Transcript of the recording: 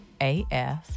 af